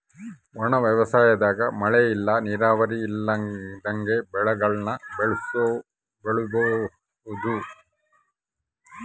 ಒಣ ವ್ಯವಸಾಯದಾಗ ಮಳೆ ಇಲ್ಲ ನೀರಾವರಿ ಇಲ್ದಂಗ ಬೆಳೆಗುಳ್ನ ಬೆಳಿಬೋಒದು